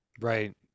right